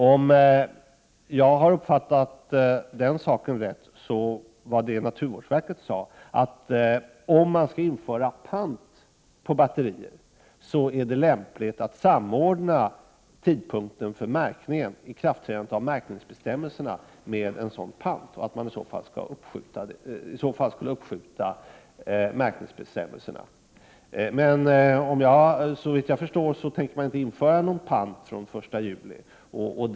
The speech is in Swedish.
Om jag har förstått saken rätt sade man ifrån naturvårdsverket, att om man skulle införa pant på batterier, är det lämpligt att samordna tidpunkten för ikraftträdande av märkningsbestämmelserna med en sådan pant och att man iså fall skulle uppskjuta märkningen. Såvitt jag förstår tänker man dock inte införa någon pant fr.o.m. den 1 juli.